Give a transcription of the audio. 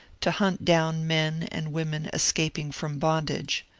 to hunt down men and women escaping from bondage.